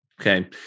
Okay